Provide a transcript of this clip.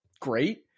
great